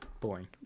boring